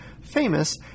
famous